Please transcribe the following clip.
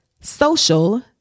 social